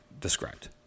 described